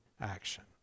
action